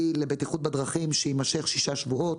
לבטיחות בדרכים שיימשך שישה שבועות.